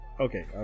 okay